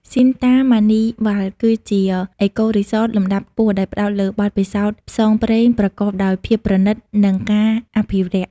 Shinta Mani Wild គឺជាអេកូរីសត លំដាប់ខ្ពស់ដែលផ្តោតលើបទពិសោធន៍ផ្សងព្រេងប្រកបដោយភាពប្រណីត និងការអភិរក្ស។